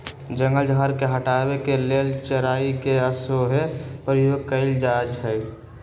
जंगल झार के हटाबे के लेल चराई के सेहो प्रयोग कएल जाइ छइ